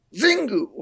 Zingu